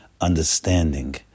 understanding